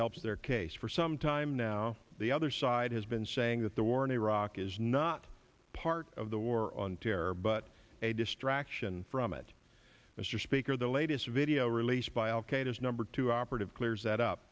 helps their case for some time now the other side has been saying that the war in iraq is not part of the war on terror but a distraction from it mr speaker the latest video released by al qaeda number two operative clears that up